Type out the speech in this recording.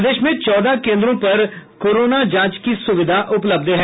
प्रदेश में चौदह केन्द्रों पर कोरोना जांच की सुविधा उपलब्ध है